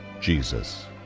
Jesus